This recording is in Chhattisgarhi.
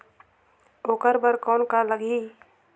ओकर बर कौन का लगी?